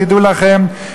תדעו לכם,